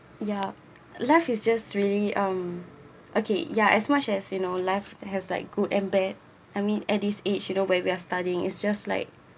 ya life is just really um okay ya as much as you know life has like good and bad I mean at this age you know where we're studying is just like